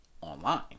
online